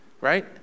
Right